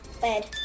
Bed